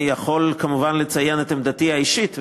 אני יכול כמובן לציין את עמדתי האישית,